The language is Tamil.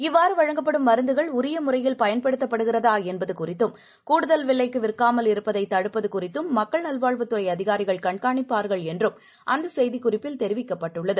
இவ்வாறுவழங்கப்படும் மருந்துகள் உரியமுறையில் பயன்படுத்தப்படுகிறதாஎன்பதுகுறித்தும் கூடுதல் விலைக்குவிற்காமல் இருப்பதைதடுப்பதுகுறித்தும் மக்கள் நல்வாழ்வுத்துறைஅதிகாரிகள் கண்காணிப்பார்கள் என்றும் அந்தசெய்திக்குறிப்பில் தெரிவிக்கப்பட்டுள்ளது